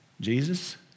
Jesus